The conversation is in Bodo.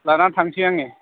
लानानै थांसै आङो